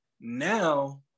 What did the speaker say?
now